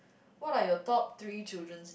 what are your top three children's